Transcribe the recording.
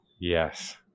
yes